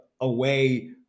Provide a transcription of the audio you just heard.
away